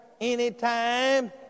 anytime